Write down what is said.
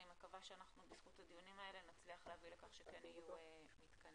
אני מקווה שבזכות הדיונים האלה נצליח להביא לכך שכן יהיו מתקנים.